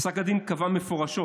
פסק הדין קבע מפורשות